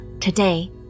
today